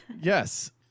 Yes